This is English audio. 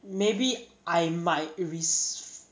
maybe I might risk